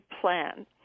plan